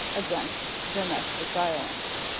against domestic violence